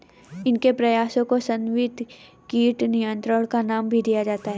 इनके प्रयासों को समन्वित कीट नियंत्रण का नाम भी दिया जाता है